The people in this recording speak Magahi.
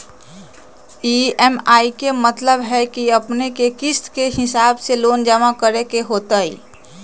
ई.एम.आई के मतलब है कि अपने के किस्त के हिसाब से लोन जमा करे के होतेई?